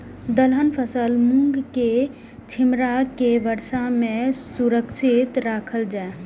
दलहन फसल मूँग के छिमरा के वर्षा में सुरक्षित राखल जाय?